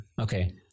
Okay